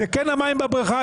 זה כן המים בבריכה,